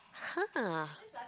!huh!